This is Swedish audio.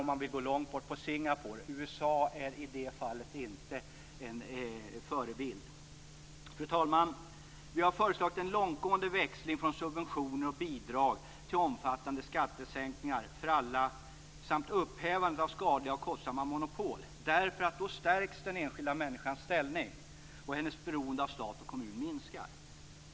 Om man vill gå långt bort kan man titta på Singapore. USA är i det fallet inte en förebild. Fru talman! Vi har föreslagit en långtgående växling från subventioner och bidrag till omfattande skattesänkningar för alla samt upphävandet av skadliga och kostsamma monopol, därför att den enskilda människans ställning skulle stärkas och hennes beroende av stat och kommun minska.